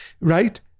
right